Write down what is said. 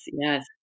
Yes